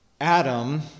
Adam